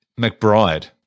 McBride